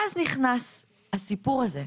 כן, ואז נכנס הסיפור הזה,